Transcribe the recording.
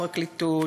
פרקליטות,